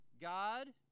God